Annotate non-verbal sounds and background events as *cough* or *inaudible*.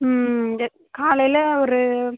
ம் *unintelligible* காலையில் ஒரு